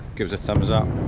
give us a thumbs up,